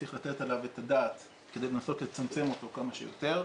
שצריך לתת עליו את הדעת כדי לנסות לצמצם אותו כמה שיותר.